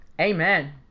amen